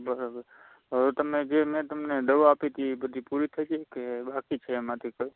બરાબર હવે તમે જે મેં તમને દવા આપી હતી એ બધી પૂરી થઈ ગઇ કે બાકી છે એમાંથી કંઈ